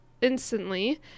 instantly